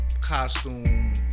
costume